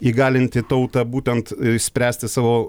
įgalinti tautą būtent spręsti savo